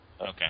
okay